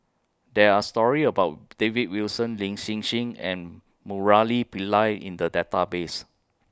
There Are stories about David Wilson Lin Hsin Hsin and Murali Pillai in The Database